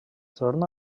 torna